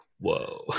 Whoa